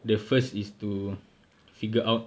the first is to figure out